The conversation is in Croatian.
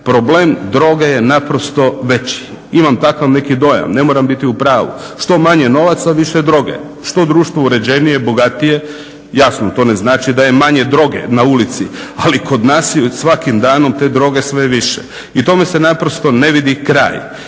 problem droge je naprosto veći. Imam takav neki dojam, ne moram biti u pravu. Što manje novaca, više droge, što društvo uređenije bogatije, jasno to ne znači da je manje droge na ulici, ali kod nas je svakim danom te droge sve više. I tome se naprosto ne vidi kraj.